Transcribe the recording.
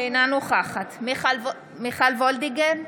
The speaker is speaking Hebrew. אינה נוכחת מיכל וולדיגר,